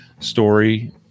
Story